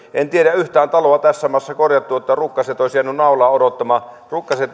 en tiedä yhtään taloa tässä maassa korjatun niin että rukkaset olisivat jääneet naulaan odottamaan